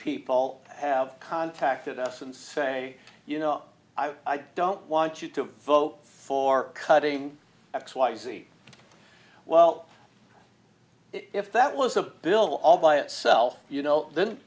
people have contacted us and say you know i don't want you to vote for cutting x y z well if that was a bill all by itself you know then